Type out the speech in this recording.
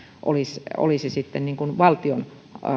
olisi olisi sitten valtion